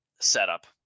setup